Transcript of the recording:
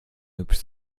hübsch